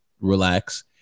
relax